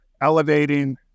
elevating